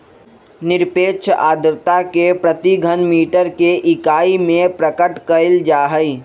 निरपेक्ष आर्द्रता के प्रति घन मीटर के इकाई में प्रकट कइल जाहई